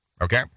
Okay